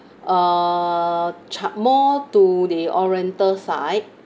uh chuc~ more to the oriental side